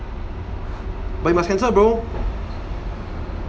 but you must cancel bro